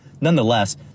Nonetheless